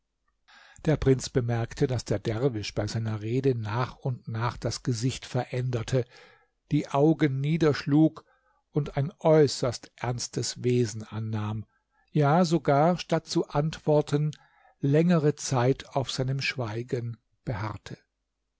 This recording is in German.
der prinz bemerkte daß der derwisch bei seiner rede nach und nach das gesicht veränderte die augen niederschlug und ein äußerst ernstes wesen annahm ja sogar statt zu antworten längere zeit auf seinem schweigen beharrte